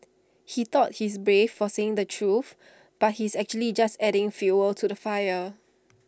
he thought he's brave for saying the truth but he's actually just adding fuel to the fire